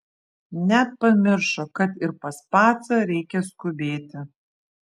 net pamiršo kad ir pas pacą reikia skubėti